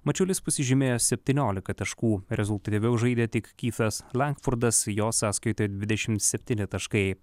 mačiulis pasižymėjo septyniolika taškų rezultatyviau žaidė tik kyfas lenkfurdas jo sąskaitoje dvidešimt septyni taškai